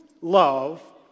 love